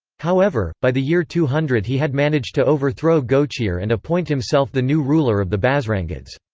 however, by the year two hundred he had managed to overthrow gochihr and appoint himself the new ruler of the bazrangids.